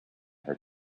her